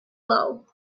low